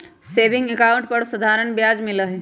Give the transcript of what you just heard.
saving account पर साधारण ब्याज मिला हई